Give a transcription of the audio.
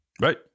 Right